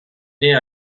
née